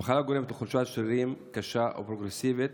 המחלה גורמת לחולשת שרירים קשה ואגרסיבית